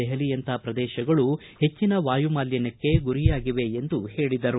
ದೆಹಲಿಯಂಥಹ ಪ್ರದೇಶಗಳು ಹೆಚ್ಚಿನ ವಾಯುಮಾಲಿನ್ಯಕ್ಕೆ ಗುರಿಯಾಗಿವೆ ಎಂದರು